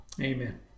Amen